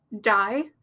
die